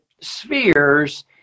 spheres